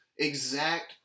exact